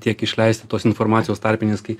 tiek išleisti tos informacijos tarpinės kai